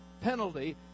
penalty